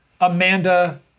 Amanda